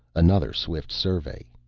another swift survey.